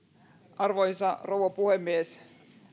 arvoisa rouva puhemies